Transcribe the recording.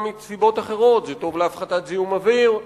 מסיבות אחרות: זה טוב להפחתת זיהום האוויר,